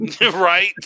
right